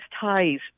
ties